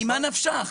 ממה נפשך?